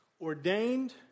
ordained